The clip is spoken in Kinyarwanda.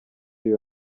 iyo